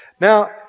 Now